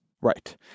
Right